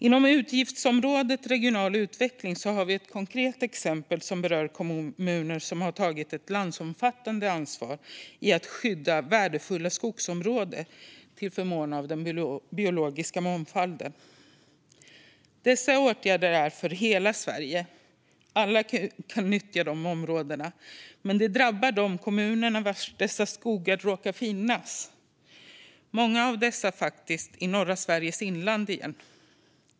Inom utgiftsområdet Regional utveckling har vi ett konkret exempel som berör kommuner som har tagit ett landsomfattande ansvar för att skydda värdefulla skogsområden till förmån för den biologiska mångfalden. Dessa åtgärder är till för hela Sverige. Alla kan nyttja de områdena. Men de drabbar de kommuner där dessa skogar råkar finnas. Många av dessa finns i norra Sveriges inland.